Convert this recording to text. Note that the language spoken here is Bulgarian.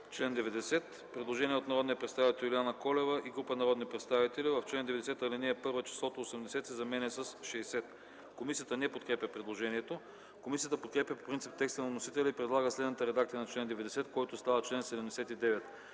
Предложение от народния представител Юлиана Колева и група народни представители – в чл. 90, ал. 1 числото „80” се заменя с „60”. Комисията не подкрепя предложението. Комисията подкрепя по принцип текста на вносителя и предлага следната редакция на чл. 90, който става чл. 79: